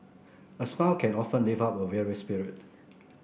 a smile can often lift up a weary spirit